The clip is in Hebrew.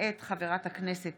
מאת חברת הכנסת